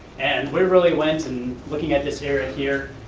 and we really went in looking at this area here.